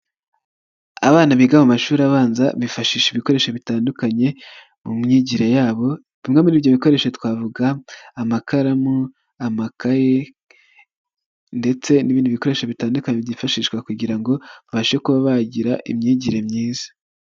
Abana biga mu mashuri abanza bifashisha ibikoresho bitandukanye mu myigire yabo, tumwe muri ibyo bikoresho twavuga: amakaramu, amakaye ndetse n'ibindi bikoresho bitandukanye byifashishwa kugira ngo babashe kuba bagira imyigire myiza.